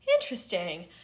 Interesting